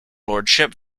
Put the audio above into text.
lordship